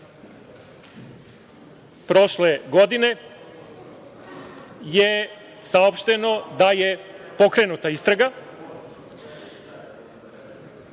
prošle godine, saopšteno je da je pokrenuta istraga,